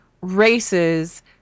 races